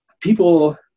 people